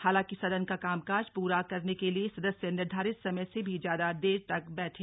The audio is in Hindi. हालांकि सदन का कामकाज पूरा करने के लिए सदस्य निर्धारित समय से भी ज्यादा देर तक बैठे